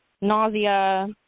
nausea